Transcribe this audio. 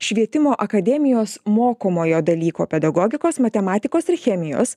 švietimo akademijos mokomojo dalyko pedagogikos matematikos ir chemijos